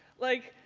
like,